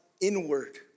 inward